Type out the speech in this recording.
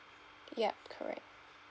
yup correct